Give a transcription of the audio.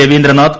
Ravindranath